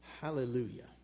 Hallelujah